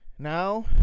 now